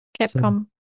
Capcom